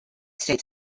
states